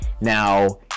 Now